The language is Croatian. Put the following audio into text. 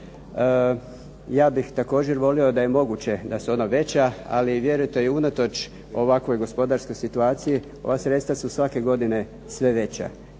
ja bih također volio da je moguće da su ona veća, ali vjerujte i unatoč ovakvoj gospodarskoj situaciji ova sredstva su svake godine sve veća.